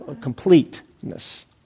completeness